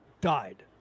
died